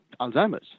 Alzheimer's